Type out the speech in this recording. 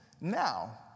now